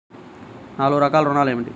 నాలుగు రకాల ఋణాలు ఏమిటీ?